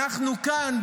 אנחנו כאן,